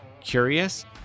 Curious